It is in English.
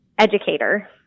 Educator